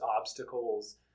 obstacles